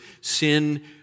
sin